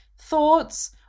thoughts